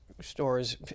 stores